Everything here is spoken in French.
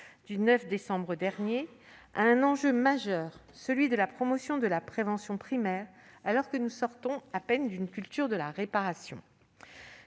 du 9 décembre dernier, à un enjeu majeur : la promotion de la prévention primaire, au moment même où nous sortons à peine d'une culture de la réparation.